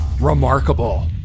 remarkable